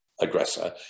aggressor